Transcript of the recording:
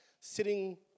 sitting